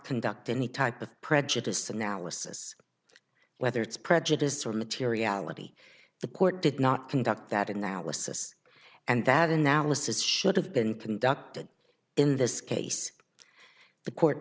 conduct any type of prejudiced analysis whether it's prejudice or materiality the court did not conduct that analysis and that analysis should have been conducted in this case the court